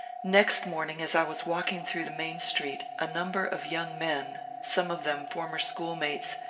next morning as i was walking through the main street a number of young men, some of them former schoolmates,